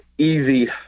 easy